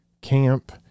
camp